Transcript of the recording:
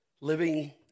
Living